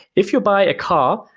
if you buy a car,